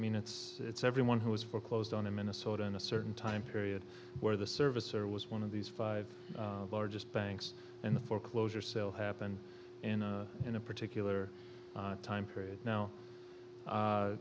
mean it's it's everyone who was foreclosed on in minnesota in a certain time period where the service or was one of these five largest banks and the foreclosure sale happened in a particular time period now